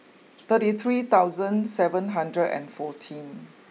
thirty three thousand seven hundred and fourteen